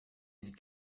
mille